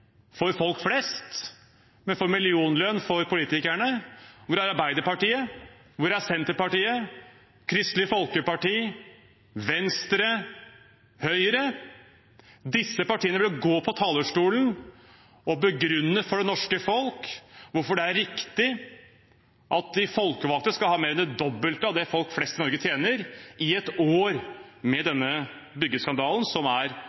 for folk flest, men for millionlønn for politikerne? Hvor er Arbeiderpartiet? Hvor er Senterpartiet, Kristelig Folkeparti, Venstre, Høyre? Disse partiene bør gå på talerstolen og begrunne for det norske folk hvorfor det er riktig at de folkevalgte skal ha mer enn det dobbelte av det folk flest i Norge tjener, i et år med denne byggeskandalen, som er